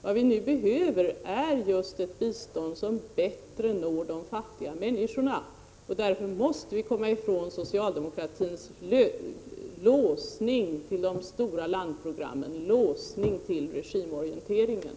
Vad vi nu behöver är just ett bistånd som bättre når de fattiga människorna, och därför måste vi komma från socialdemokraternas låsning till de stora landprogrammen och regimorienteringen.